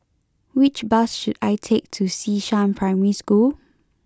which bus should I take to Xishan Primary School